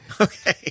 Okay